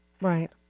Right